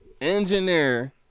engineer